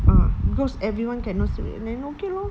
ah because everyone cannot sleep and then okay lor